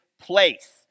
place